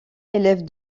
élève